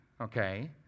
Okay